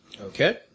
Okay